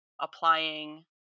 applying